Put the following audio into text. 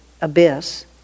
abyss